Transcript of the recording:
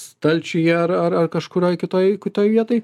stalčiuje ar ar ar kažkurioj kitoj kitoj vietoj